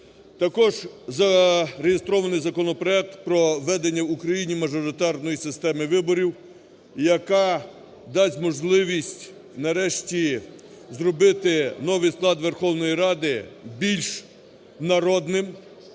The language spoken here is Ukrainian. Також зареєстрований законопроект про введення в Україні мажоритарної системи виборів, яка дасть можливість нарешті зробити новий склад Верховної Ради більш народним